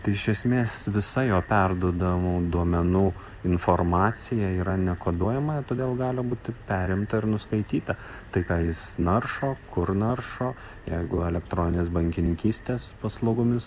tai iš esmės visa jo perduodamų duomenų informacija yra nekoduojama todėl gali būti perimta ir nuskaityta tai ką jis naršo kur naršo jeigu elektroninės bankininkystės paslaugomis